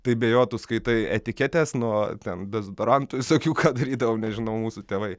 tai be jo tu skaitai etiketes nuo ten dezodorantų visokių ką darydavo nežinau mūsų tėvai